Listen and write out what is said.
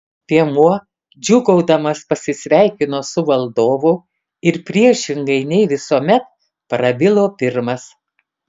piemuo džiūgaudamas pasisveikino su valdovu ir priešingai nei visuomet prabilo pirmas